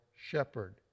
shepherd